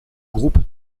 groupe